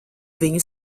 viņu